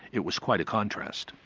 it was quite a contrast.